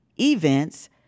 events